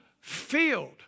field